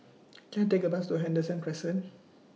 Can I Take A Bus to Henderson Crescent